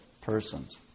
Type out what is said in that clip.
persons